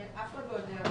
אף אחד לא יודע,